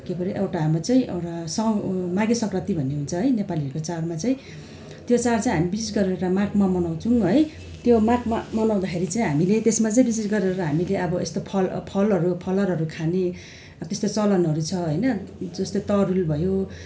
के पर्यो एउटा हाम्रो चाहिँ एउटा साउ माघे सङ्क्रान्ति भन्ने हुन्छ है नेपालीहरूको चाडमा चाहिँ त्यो चाड चाहिँ हामी विशेष गरेर माघमा मनाउँछौँ है त्यो माघमा मनाउँदाखेरि चाहिँ हामीले त्यसमा चाहिँ विशेष गरेर हामीले अब यस्तो फल फलहरू फलाहरहरू खाने त्यस्तो चलनहरू छ होइन जस्तै तरुल भयो